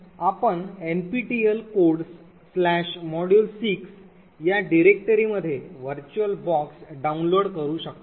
तर आपण NPTEL Codesmodule6 या डिरेक्टरीमध्ये व्हर्च्युअल बॉक्स डाउनलोड करू शकता